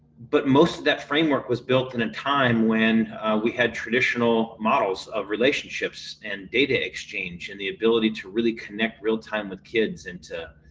but most of that framework was built in a time when we had traditional models of relationships and data exchange and the ability to really connect real time with kids into.